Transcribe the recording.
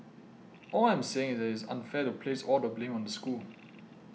all I am saying is that it is unfair to place all the blame on the school